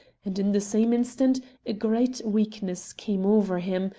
and in the same instant a great weakness came over him,